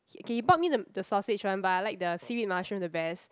k he bought me the the sausage one but I like the seaweed mushroom the best